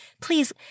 please